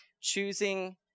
Choosing